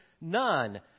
none